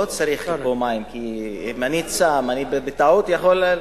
לא צריך פה מים, כי אם אני צם אני בטעות יכול,